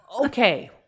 Okay